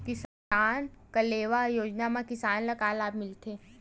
किसान कलेवा योजना म किसान ल का लाभ मिलथे?